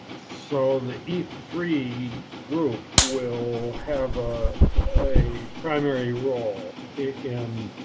so the three group will have a a primary role in.